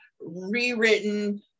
rewritten